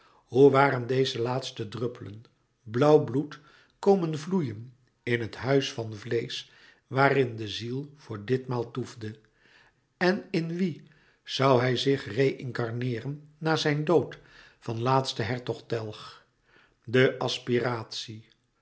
hoe waren deze laatste druppelen blauwe bloed komen vloeien in het huis van vleesch waarin de ziel voor ditmaal toefde en in wie zoû hij zich